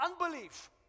unbelief